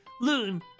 loon